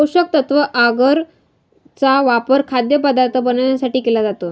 पोषकतत्व आगर चा वापर खाद्यपदार्थ बनवण्यासाठी केला जातो